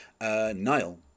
Niall